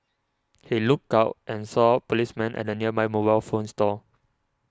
he looked out and saw policemen at the nearby mobile phone store